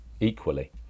equally